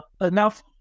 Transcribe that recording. enough